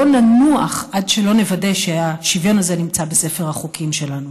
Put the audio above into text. לא ננוח עד שלא נוודא שהשוויון הזה נמצא בספר החוקים שלנו.